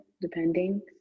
depending